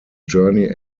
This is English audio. journey